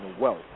wealth